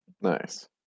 Nice